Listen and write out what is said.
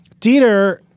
Dieter